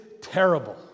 terrible